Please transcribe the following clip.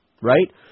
right